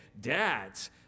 dads